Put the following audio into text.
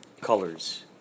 colors